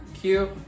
Cute